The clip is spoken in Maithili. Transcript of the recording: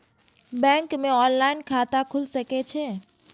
बैंक में ऑनलाईन खाता खुल सके छे?